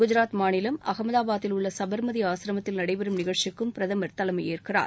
குஜாத் மாநிலம் அஹமதாபாதில் உள்ள சுபர்மதி ஆசிரமத்தில் நடைபெறும் நிகழ்ச்சிக்கும் பிரதமர் தலைமைற்கிறார்